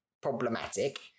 problematic